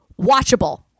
watchable